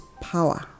power